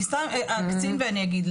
אני סתם אקצין ואני אגיד,